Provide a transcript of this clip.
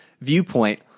viewpoint